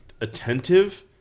attentive